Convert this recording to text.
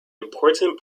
important